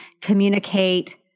communicate